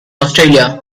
australia